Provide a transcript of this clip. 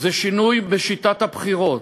זה שינוי בשיטת הבחירות,